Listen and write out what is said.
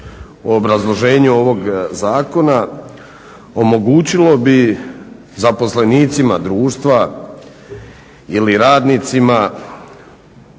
obrazloženju ovog zakona omogućilo bi zaposlenicima društva ili radnicima